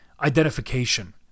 identification